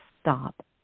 stop